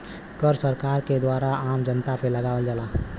कर सरकार के द्वारा आम जनता पे लगावल जाला